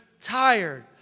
tired